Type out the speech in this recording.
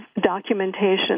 documentation